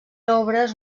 obres